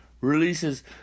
Releases